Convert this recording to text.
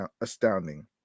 astounding